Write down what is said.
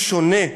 הוא שונה,